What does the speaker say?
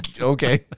okay